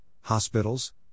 hospitals